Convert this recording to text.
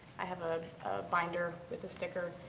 i have a binder with a sticker,